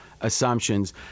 assumptions